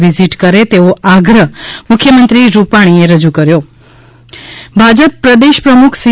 visit કરે તેવો આગ્રહ મુખ્યમંત્રી રૂપાણી રજૂ કર્યો ૈ ભાજપ પ્રદેશ પ્રમુખ સી